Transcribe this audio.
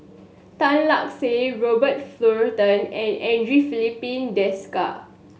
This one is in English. Tan Lark Sye Robert Fullerton and Andre Filipe Desker